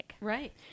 Right